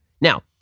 Now